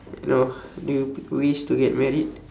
no do you wish to get married